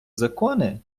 закони